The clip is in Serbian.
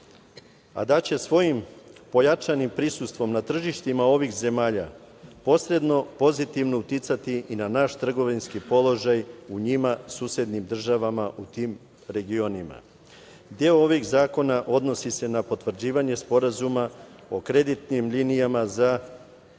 a da će svojim pojačanim prisustvom na tržištima ovih zemalja posredno pozitivno uticati i na naš trgovinski položaj u njima susednim državama, u tim regionima. Deo ovih zakona odnosi se na potvrđivanje sporazuma o kreditnim linijama za različite